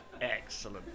excellent